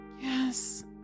Yes